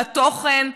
התוכן,